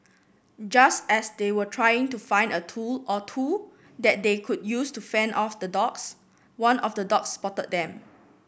just as they were trying to find a tool or two that they could use to fend off the dogs one of the dogs spotted them